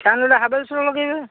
fan ହାଭେଲ୍ସର ଲଗାଇବେ